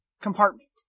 compartment